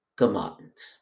commands